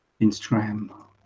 Instagram